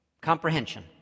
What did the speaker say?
comprehension